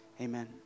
amen